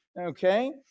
Okay